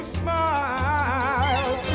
smile